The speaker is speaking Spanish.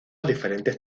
diferentes